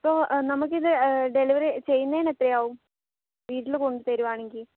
ഇപ്പോൾ നമ്മൾക്കിത് ഡെലിവറി ചെയ്യുന്നതിന് എത്രയാവും വീട്ടിൽ കൊണ്ട് തരികയാണെങ്കിൽ